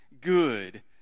good